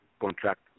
contract